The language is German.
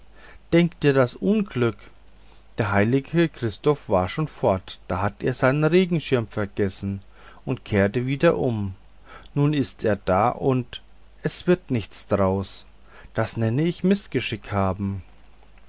denk dir das unglück der heilige christoph war schon fort da hat er seinen regenschirm vergessen und kehrte wieder um nun ist er da und es wird nichts daraus das nenne ich mißgeschick haben